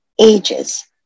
ages